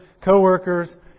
co-workers